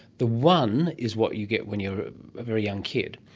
the one is what you get when you are a very young kid,